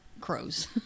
Crows